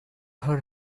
heard